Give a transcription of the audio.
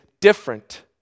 different